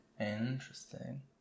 Interesting